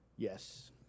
Yes